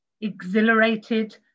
Exhilarated